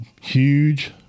huge